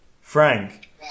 Frank